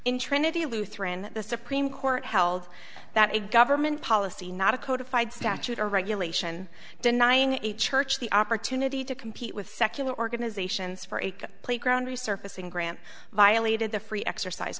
in trinity lutheran the supreme court held that a government policy not a code if i'd statute or regulation denying a church the opportunity to compete with secular organizations for a playground resurfacing graham violated the free exercise